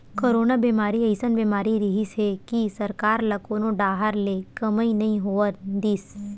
corona बेमारी अइसन बीमारी रिहिस हे कि सरकार ल कोनो डाहर ले कमई नइ होवन दिस